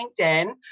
LinkedIn